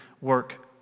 work